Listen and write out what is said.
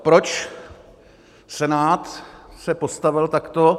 Proč Senát se postavil takto?